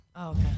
Okay